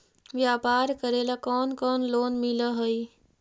व्यापार करेला कौन कौन लोन मिल हइ?